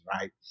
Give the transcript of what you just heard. right